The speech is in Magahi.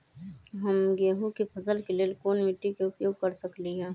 हम गेंहू के फसल के लेल कोन मिट्टी के उपयोग कर सकली ह?